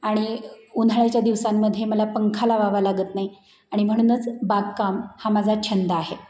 आणि उन्हाळ्याच्या दिवसांमध्ये मला पंखा लावावा लागत नाही आणि म्हणूनच बागकाम हा माझा छंद आहे